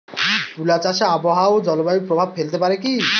তুলা চাষে আবহাওয়া ও জলবায়ু প্রভাব ফেলতে পারে কি?